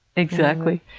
exactly.